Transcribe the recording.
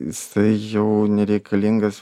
jisai jau nereikalingas